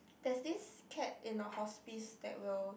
that's this cat in the hospice that will